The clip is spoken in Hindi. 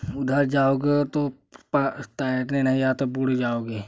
उधर जाओगे तो तैरने नहीं आता बुड़ जाओगे